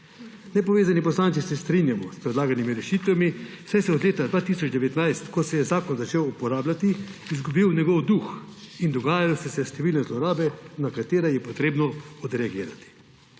Nepovezani poslanci se strinjamo s predlaganimi rešitvami, saj se je od leta 2019, ko se je zakon začel uporabljati, izgubil njegov duh in dogajale so se številne zlorabe, na katere je treba odreagirati.